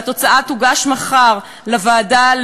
והתוצאה תוגש מחר לוועדה,